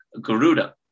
Garuda